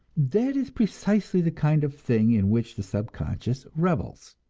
that is precisely the kind of thing in which the subconscious revels.